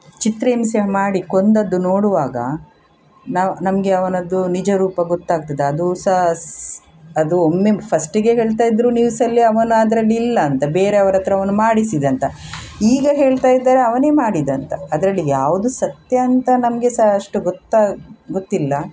ಚಿತ್ರ ಹಿಂಸೆ ಮಾಡಿ ಕೊಂದದ್ದು ನೋಡುವಾಗ ನಾವು ನಮಗೆ ಅವನದ್ದು ನಿಜ ರೂಪ ಗೊತ್ತಾಗ್ತದ ಅದು ಸಾ ಸ್ ಅದು ಒಮ್ಮೆ ಫಸ್ಟಿಗೆ ಹೇಳ್ತಾ ಇದ್ದರು ನ್ಯೂಸಲ್ಲಿ ಅವನು ಅದರಲ್ಲಿಲ್ಲ ಅಂತ ಬೇರವ್ರ ಹತ್ರ ಅವನು ಮಾಡಿಸಿದ ಅಂತ ಈಗ ಹೇಳ್ತಾ ಇದ್ದಾರೆ ಅವನೇ ಮಾಡಿದಂತ ಅದರಲ್ಲಿ ಯಾವುದು ಸತ್ಯ ಅಂತ ನಮಗೆ ಸಾ ಅಷ್ಟು ಗೊತ್ತಾಗ ಗೊತ್ತಿಲ್ಲ